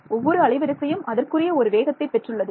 ஒவ்வொரு அலைவரிசையும் அதற்குரிய ஒரு வேகத்தை பெற்றுள்ளது